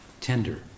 tender